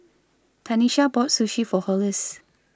Tanesha bought Sushi For Hollis